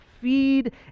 feed